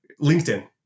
linkedin